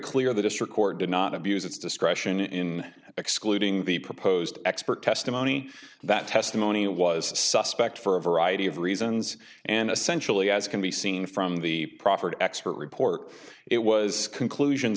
clear the district court did not abuse its discretion in excluding the proposed expert testimony that testimony was suspect for a variety of reasons and essentially as can be seen from the proffered expert report it was conclusions